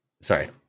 Sorry